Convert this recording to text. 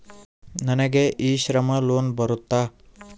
ನನಗೆ e Shram loan ಬರುತ್ತಾ?